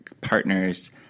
partners